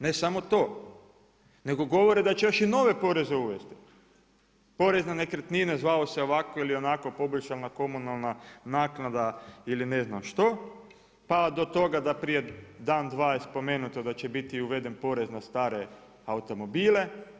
Ne samo to, nego govore da će još i nove poreze uvesti, porez na nekretnine, zvao se ovako ili onako poboljšana komunalna naknada ili ne znam što, pa do toga da je prije dan, dva spomenuto da će biti uveden porez na stare automobile.